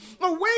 Away